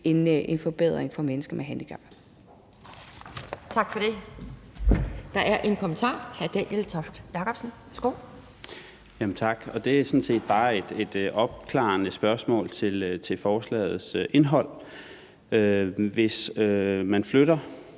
betyde en forbedring for mennesker med handicap.